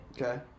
Okay